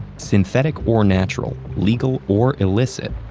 synthetic or natural, legal or illicit,